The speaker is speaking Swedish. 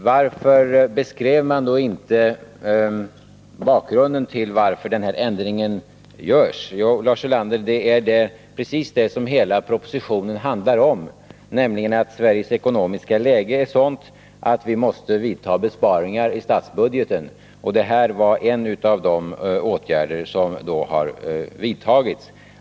Varför beskrev man inte bakgrunden till att denna ändring görs? frågade Lars Ulander. Det är ju precis det som hela propositionen handlar om, nämligen att Sveriges ekonomiska läge är sådant att vi måste vidta besparingar i statsbudgeten. Detta är en av de åtgärder som har vidtagits.